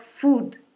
food